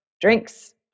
drinks